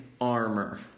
armor